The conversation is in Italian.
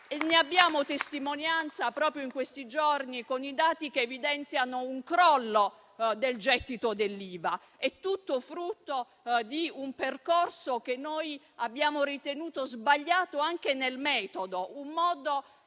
Ne abbiamo testimonianza proprio in questi giorni, con i dati che evidenziano un crollo del gettito dell'IVA. È tutto frutto di un percorso che noi abbiamo ritenuto sbagliato, anche nel metodo,